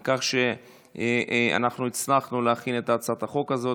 על כך שאנחנו הצלחנו להכין את הצעת החוק הזו.